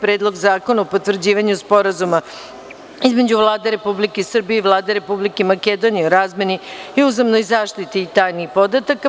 Predlog zakona o potvrđivanju bezbednosnog Sporazuma između Vlade Republike Srbije i Republike Makedonije o razmeni i uzajamnoj zaštiti tajnih podataka; 11.